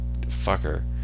fucker